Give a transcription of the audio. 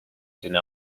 deny